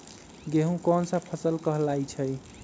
गेहूँ कोन सा फसल कहलाई छई?